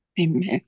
Amen